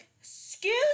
Excuse